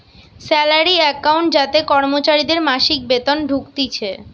salary account যাতে কর্মচারীদের মাসিক বেতন ঢুকতিছে